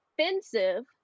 offensive